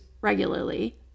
regularly